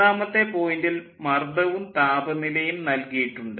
ഒന്നാമത്തെ പോയിൻ്റിൽ മർദ്ദവും താപനിലയും നൽകിയിട്ടുണ്ട്